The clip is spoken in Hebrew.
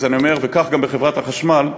ואני אומר, כך בחברת החשמל.